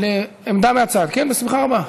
עמדה מהצד, כן, בשמחה רבה.